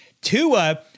Tua